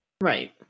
Right